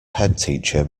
headteacher